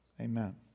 Amen